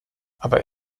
aber